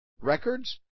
records